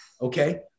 Okay